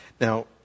Now